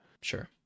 Sure